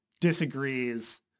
disagrees